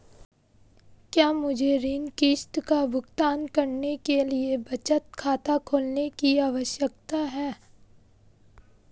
क्या मुझे ऋण किश्त का भुगतान करने के लिए बचत खाता खोलने की आवश्यकता है?